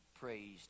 praised